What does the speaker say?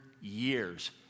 years